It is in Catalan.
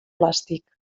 plàstic